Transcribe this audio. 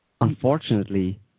unfortunately